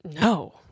No